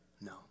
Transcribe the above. No